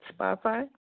Spotify